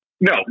No